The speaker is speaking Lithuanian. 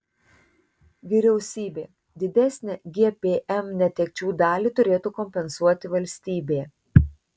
vyriausybė didesnę gpm netekčių dalį turėtų kompensuoti valstybė